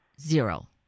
Zero